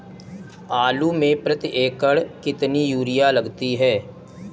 आलू में प्रति एकण कितनी यूरिया लगती है?